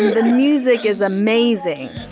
the music is amazing.